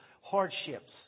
hardships